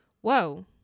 Whoa